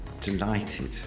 delighted